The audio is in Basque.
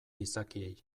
gizakiei